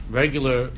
regular